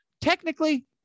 technically